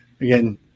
again